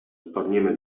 wpadniemy